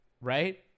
right